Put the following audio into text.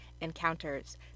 encounters